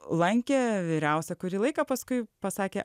lankė vyriausia kurį laiką paskui pasakė